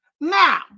Now